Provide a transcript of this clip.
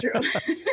true